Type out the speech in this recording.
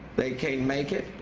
they can't make it,